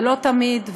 ולא תמיד,